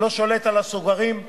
אין הסתייגויות לחוק חשוב זה,